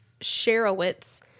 Sherowitz